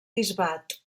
bisbat